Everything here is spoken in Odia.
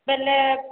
ବେଲେ